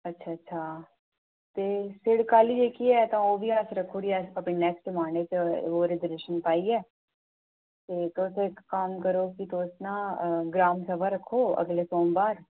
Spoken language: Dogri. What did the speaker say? अच्छा अच्छा ते शिड़क आह्ली जेह्की है तां ओह् बी अस रक्खी ओड़ो अपनी नैक्सट माने च ओह् रिजर्वेशन पाइयै ते तुस इक कम्म करो कि तुस ना ग्राम सभा रक्खो अगले सोमबार